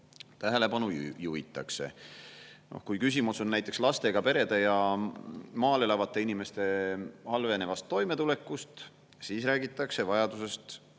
tähelepanu juhitakse. Kui küsimus on näiteks lastega perede ja maal elavate inimeste halvenevas toimetulekus, siis räägitakse vajadusest